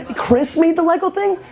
ah chris made the lego thing?